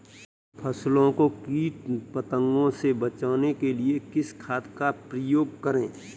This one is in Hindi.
फसलों को कीट पतंगों से बचाने के लिए किस खाद का प्रयोग करें?